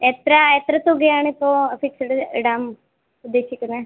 എത്ര എത്ര തുകയാണ് ഇപ്പോൾ ഫിക്സഡ് ഇടാൻ ഉദ്ദേശിക്കുന്നത്